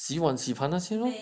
洗碗洗盘那些咯